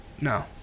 No